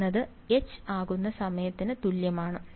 r എന്നത് H ആകുന്ന സമയത്തിന് തുല്യമാണ്